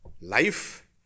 life